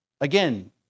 again